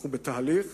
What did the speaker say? אנחנו בתהליך,